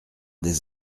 des